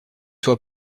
toi